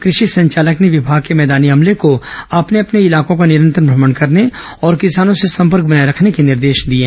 कृषि संचालक ने विभाग के मैदानी अमले को अपने अपने इलाके का निरंतर भ्रमण करने और किसानों से संपर्क बनाए रखने के निर्देश दिए हैं